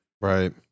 Right